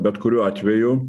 bet kuriuo atveju